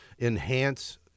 enhance